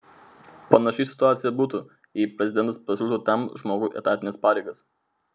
panaši situacija būtų jei prezidentas pasiūlytų tam žmogui etatines pareigas